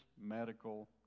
medical